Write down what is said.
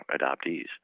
adoptees